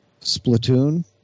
Splatoon